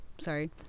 Sorry